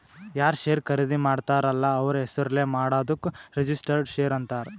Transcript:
ಯಾರ್ ಶೇರ್ ಖರ್ದಿ ಮಾಡ್ತಾರ ಅಲ್ಲ ಅವ್ರ ಹೆಸುರ್ಲೇ ಮಾಡಾದುಕ್ ರಿಜಿಸ್ಟರ್ಡ್ ಶೇರ್ ಅಂತಾರ್